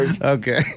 Okay